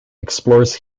explores